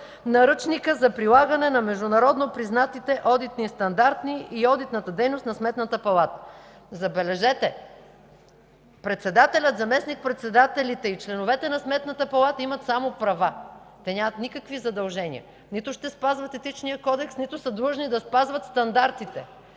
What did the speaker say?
Наръчника за прилагане на международно признатите одитни стандарти и одитната дейност на Сметната палата? Забележете, председателят, заместник-председателите и членовете на Сметната палата имат само права! Те нямат никакви задължения – нито ще спазват Етичния кодекс, нито са длъжни да спазват стандартите.